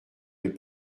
les